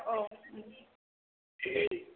औ औ